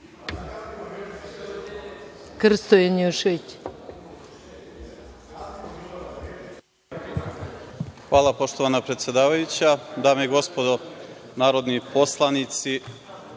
Hvala, poštovana predsedavajuća. Dame i gospodo narodni poslanici,